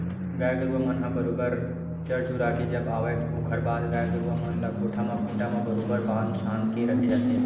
गाय गरुवा मन ह बरोबर चर चुरा के जब आवय ओखर बाद गाय गरुवा मन ल कोठा म खूंटा म बरोबर बांध छांद के रखे जाथे